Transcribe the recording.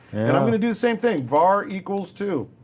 and i'm going to do the same thing, var equals two.